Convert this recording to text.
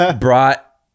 brought